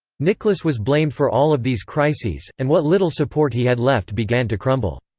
nicholas was blamed for all of these crises, and what little support he had left began to crumble.